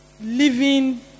Living